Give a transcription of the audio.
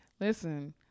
listen